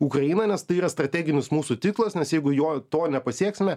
ukrainą nes tai yra strateginis mūsų tikslas nes jeigu juo to nepasieksime